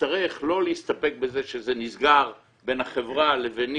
יצטרך לא להסתפק בזה שזה נסגר בין החברה לביני